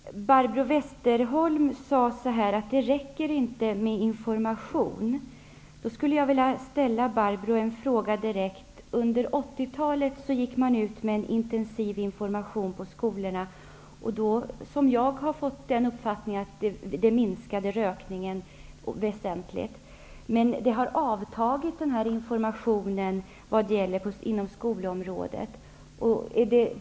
Herr talman! Barbro Westerholm sade att det inte räcker med information. Under 80-talet gick man ju ut med en intensiv information på skolorna. Jag har fått uppfattningen att det fick till följd att rökningen minskade väsentligt. Men den här informationen inom skolan har avtagit.